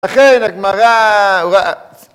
אכן, הגמרא...